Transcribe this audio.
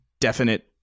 definite